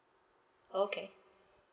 okay